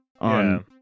on